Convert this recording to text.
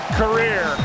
career